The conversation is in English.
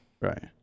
Right